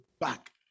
back